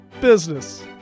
business